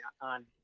on